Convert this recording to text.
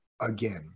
again